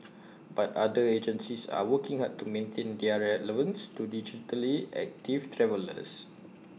but other agencies are working hard to maintain their relevance to digitally active travellers